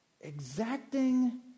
exacting